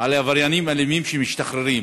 על עבריינים אלימים שמשתחררים,